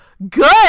Good